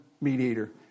mediator